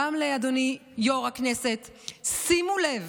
גם לאדוני יו"ר הכנסת: שימו לב,